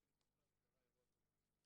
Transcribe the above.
מהעניין הזה, אנחנו משתפים פעולה עם הוועדה של